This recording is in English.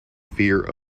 fear